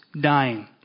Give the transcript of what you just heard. dying